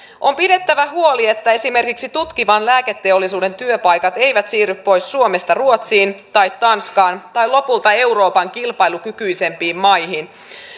on pidettävä huoli että esimerkiksi tutkivan lääketeollisuuden työpaikat eivät siirry pois suomesta ruotsiin tai tanskaan tai lopulta eurooppaan kilpailukykyisempiin maihin